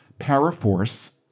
ParaForce